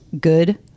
good